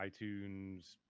iTunes